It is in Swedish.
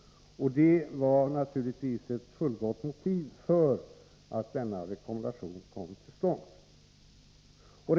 Det var naturligtvis ett fullgott motiv för att denna rekommendation kom till stånd.